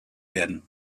werden